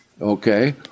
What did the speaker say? okay